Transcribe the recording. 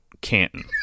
Canton